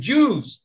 Jews